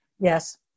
Yes